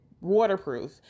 waterproof